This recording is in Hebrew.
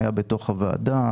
היה בוועדה.